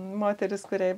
moteris kuriai